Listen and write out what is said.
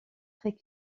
très